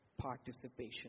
participation